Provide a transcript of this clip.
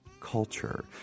culture